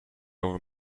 over